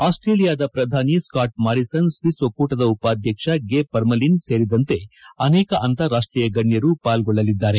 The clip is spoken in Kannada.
ಅಸ್ಟೇಲಿಯದ ಪ್ರಧಾನಿ ಸ್ಕಾಟ್ ಮಾರಿಸನ್ ಸ್ವಿಸ್ ಒಕ್ಕೂಟದ ಉಪಾಧ್ಯಕ್ಷ ಗೇ ಪರ್ಮಲಿನ್ ಸೇರಿದಂತೆ ಅನೇಕ ಅಂತಾರಾಷ್ಟೀಯ ಗಣ್ಯರು ಪಾಲ್ಗೊಳ್ಳಿದ್ದಾರೆ